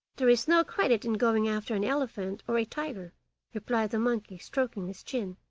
there is no credit in going after an elephant or a tiger replied the monkey stroking his chin,